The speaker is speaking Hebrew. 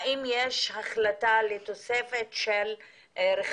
האם יש החלטה על תוספת של רכבים,